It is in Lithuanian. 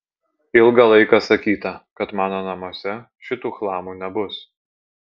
ilgą laiką sakyta kad mano namuose šitų chlamų nebus